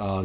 err